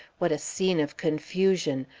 what a scene of confusion!